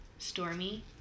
Stormy